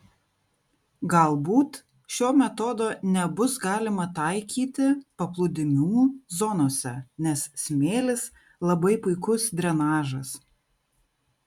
galbūt šio metodo nebus galima taikyti paplūdimių zonose nes smėlis labai puikus drenažas